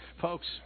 folks